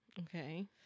Okay